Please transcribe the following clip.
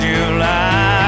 July